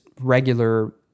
regular